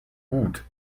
gut